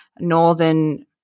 northern